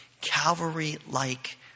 Calvary-like